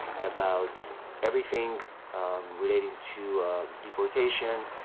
about everything relating to deportation,